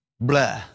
blah